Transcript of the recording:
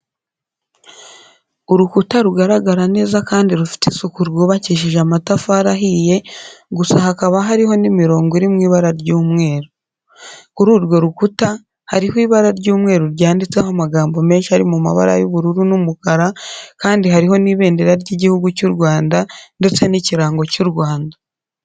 Urukuta rugaragara neza kandi rufite isuku rwubakishijwe amatafari ahiye gusa hakaba hariho n'imirongo iri mu ibara ry'umweru. Kuri urwo rukuta, hariho ibara ry'umweru ryanditseho amagambo menshi ari mu mabara y'ubururu n'umukara, kandi hariho n'ibendera ry'Igihugu cy'u Rwanda ndetse n'ikirango cy'u Rwanda.